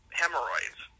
hemorrhoids